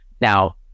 Now